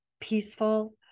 peaceful